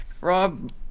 Rob